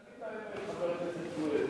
תגיד את האמת, חבר הכנסת סוייד.